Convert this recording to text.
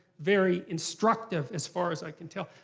very instructive as far as i can tell.